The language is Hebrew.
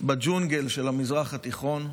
בג'ונגל של המזרח התיכון,